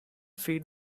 feed